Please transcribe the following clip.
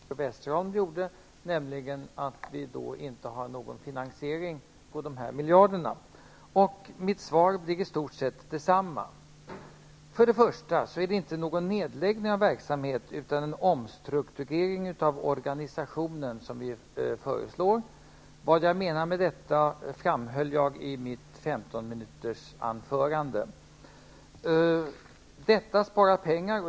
Herr talman! Ingrid Andersson har framfört en liknande invändning som Barbro Westerholm gjorde, nämligen att vi inte har någon finansiering för dessa miljarder. Mitt svar blir i stort sett detsamma. Vi föreslår ingen nedläggning av verksamhet utan en omstrukturering av organisationen. Vad jag menar med detta framhöll jag i mitt anförande om 15 minuter. Med detta förslag sparar man pengar.